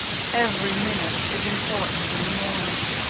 every minute is important in the morning.